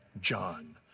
John